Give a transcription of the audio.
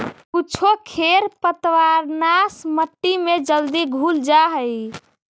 कुछो खेर पतवारनाश मट्टी में जल्दी घुल जा हई